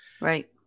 right